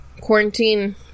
quarantine